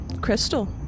Crystal